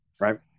right